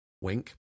wink